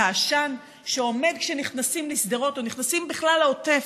העשן שעומד כשנכנסים לשדרות או נכנסים בכלל לעוטף.